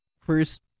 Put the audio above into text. first